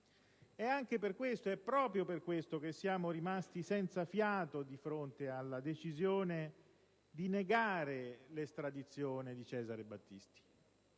in quel Paese. È proprio per questo che siamo rimasti senza fiato di fronte alla decisione di negare l'estradizione di Cesare Battisti.